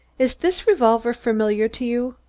is this revolver familiar to you?